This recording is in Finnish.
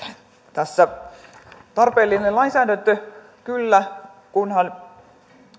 tässä on tarpeellinen lainsäädäntö kyllä kunhan